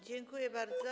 Dziękuję bardzo.